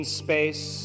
space